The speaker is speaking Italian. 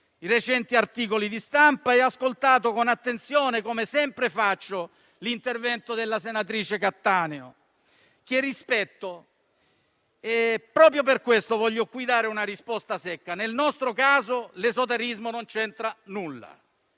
i recenti articoli di stampa e ho ascoltato con attenzione - come sempre faccio - l'intervento della senatrice Cattaneo, che rispetto. Proprio per questo voglio dare qui una risposta secca. Nel nostro caso l'esoterismo non c'entra nulla